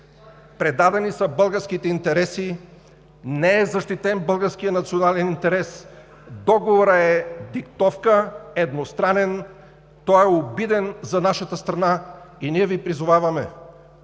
Предадени са българските интереси, не е защитен българският национален интерес. Договорът е диктовка – едностранен, той е обиден за нашата страна. И ние Ви призоваваме: